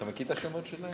אתה מכיר את השמות שלהן?